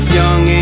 young